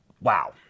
wow